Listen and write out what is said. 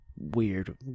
weird